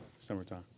summertime